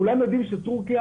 כולם יודעים שטורקיה